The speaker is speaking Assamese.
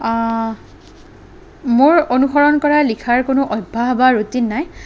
মোৰ অনুসৰণ কৰাৰ লিখাৰ কোনো অভ্যাস বা ৰুটিন নাই